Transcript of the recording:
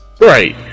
Right